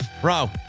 Bro